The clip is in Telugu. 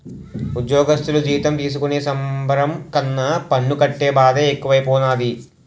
ఉజ్జోగస్థులు జీతం తీసుకునే సంబరం కన్నా పన్ను కట్టే బాదే ఎక్కువైపోనాది